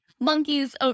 Monkeys